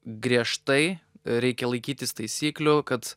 griežtai reikia laikytis taisyklių kad